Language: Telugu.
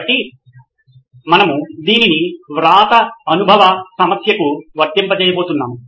కాబట్టి మనము దీనిని వ్రాత అనుభవ సమస్యకు వర్తింపజేయబోతున్నాము